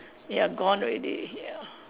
ya gone already ya